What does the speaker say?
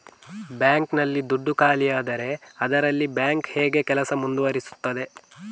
Bank ನಲ್ಲಿ ದುಡ್ಡು ಖಾಲಿಯಾದರೆ ಅದರಲ್ಲಿ ಬ್ಯಾಂಕ್ ಹೇಗೆ ಕೆಲಸ ಮುಂದುವರಿಸುತ್ತದೆ?